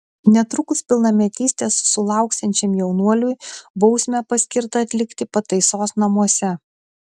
netrukus pilnametystės sulauksiančiam jaunuoliui bausmę paskirta atlikti pataisos namuose